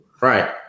Right